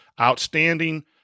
outstanding